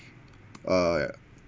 uh ya